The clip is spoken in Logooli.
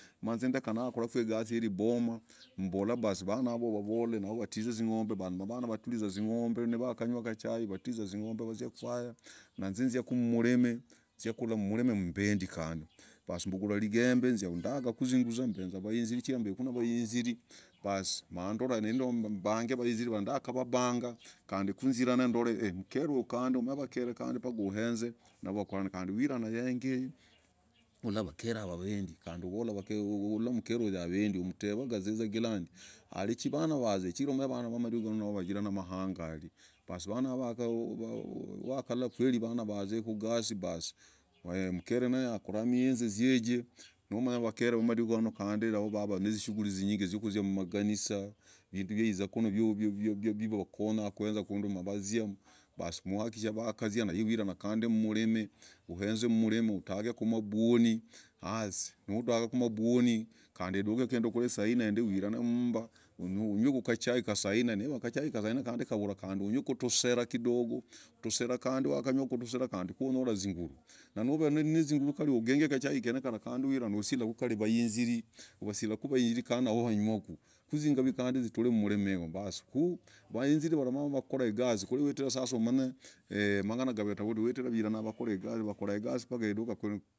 Mainze ndeka nakora igasi yiriboma. mumbola avana yavo uvavole mavatize izingombe. basi mavana vatiza izingombe. Vakanywa akachai vatiza izingombe vazia kwaya. nainze nzia kumureme nzia korora mureme mimbendi kande. basi mbugura irigembe ndagaku izunguza. mbenze avayinziri chigira mb navayinziri. Chigira mb navayinziri basi mandola mbamge avayinziri vara. ndakavabanga kande kunzirana ndore umukeruyu kande. Umanye avakere kande paka ohenze navo kande. wirana yengoyo ohenze umukeruyu avendi kugazizagilandi areki avana vazie. chigira avana vamadiku gano vajira mamahangari. basi wakala avana vazie kugasi basi umukere naye naye akore imiyenze jije. mumanye avakere vamadiku gakarunuvaveza nizishughuli izinyinge iziukuzia mumaganisa. ivindu vyaiza kunu vivakonya kohenza mavaziamu. Basi mohenza vakaziamu maive kande wirana mureme. ogehizeku umureme utageku amabwoni. hasi nubangaku amabwoni basi miduka ikindu kure saa inne nde wirana mumba unyweku akachai ka saa inne. Nonyora kande akachai ka saa inne kavura unyweku otosera kidogo. otosera kande wakanywaku kwonyora izinguru. Na nove nizinguru kari ugengeraku akachai kene kara usilaku avayinziri kande navoo vanyweku. izingave nazio zitura mureme yemwo. ku avayinziri yavoo mavakora igasi. Ku kure kunye witira sasa umanye amangana gav kawaida vakora igazi kure idukana.